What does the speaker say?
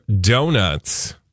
donuts